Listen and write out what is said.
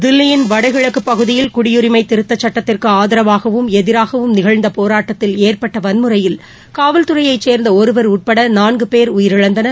தில்லியின் வடகிழக்குப் பகுதியில் குடியுரிமை திருத்தச் சுட்டத்திற்கு ஆதரவாகவும் எதிராகவும் நிகழ்ந்த போராட்டத்தில் ஏற்பட்ட வன்முறையில் காவல்தறையைச் சேர்ந்த ஒருவர் உட்பட நான்கு போ உயிரிழந்தனர்